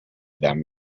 them